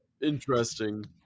interesting